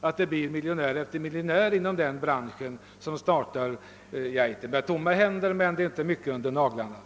Därför blir det också den ena miljonären efter den andra inom denna bransch. De startar kanske inte med tomma händer, men de har inte mycket under naglarna